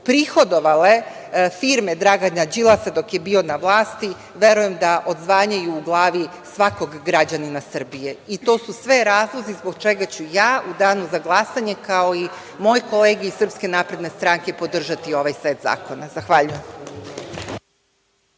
prihodovale firme Dragana Đilasa dok je bio na vlasti, verujem da odzvanjaju u glavi svakog građanina Srbije. To su sve razlozi zbog čega ću ja u danu za glasanje, kao i moje kolege iz SNS podržati ovaj set zakona. **Vladimir